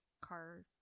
car